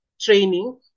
training